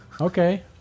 Okay